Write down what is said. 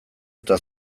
eta